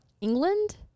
England